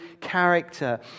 character